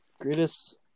Greatest